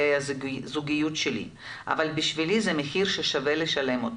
הסוגיות של הנישואין ושל ההיכרויות בפאב,